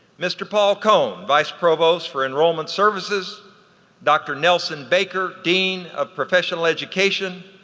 mr. paul kohn, vice provost for enrollment services dr. nelson baker, dean of professional education,